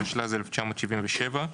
התשל"ז 1977,